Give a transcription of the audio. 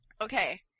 Okay